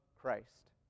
Christ